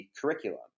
curriculum